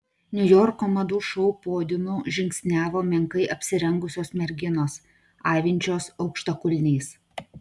niujorko madų šou podiumu žingsniavo menkai apsirengusios merginos avinčios aukštakulniais